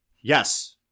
Yes